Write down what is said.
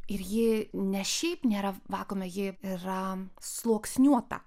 ir ji ne šiaip nėra vakuume ji yra sluoksniuota